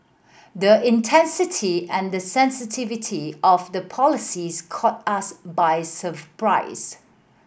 the intensity and the sensitivity of the policies caught us by surprise